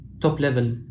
top-level